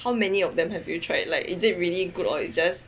how many of them have you tried like is it really good or it's just